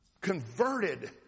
converted